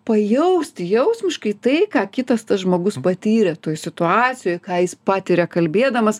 pajausti jausmiškai tai ką kitas tas žmogus patyrė toj situacijoj ką jis patiria kalbėdamas